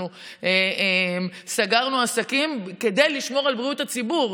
אנחנו סגרנו עסקים כדי לשמור על בריאות הציבור,